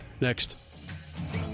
next